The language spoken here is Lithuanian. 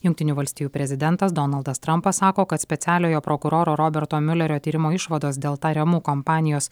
jungtinių valstijų prezidentas donaldas trampas sako kad specialiojo prokuroro roberto miulerio tyrimo išvados dėl tariamų kampanijos